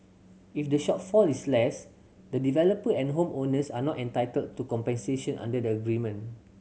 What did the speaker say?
if the shortfall is less the developer and home owners are not entitled to compensation under the agreement